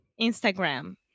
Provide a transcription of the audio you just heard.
Instagram